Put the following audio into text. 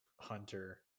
Hunter